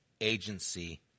agency